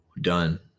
done